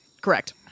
Correct